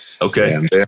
Okay